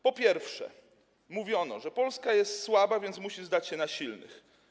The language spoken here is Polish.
Po pierwsze, mówiono, że Polska jest słaba, więc musi zdać się na silnych.